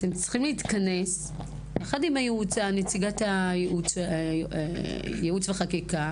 אתם צריכים להתכנס יחד עם נציגת ייעוץ וחקיקה.